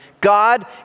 god